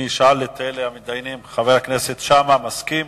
אני אשאל את המתדיינים, חבר הכנסת שאמה, מסכים?